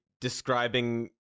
describing